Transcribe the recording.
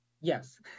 Yes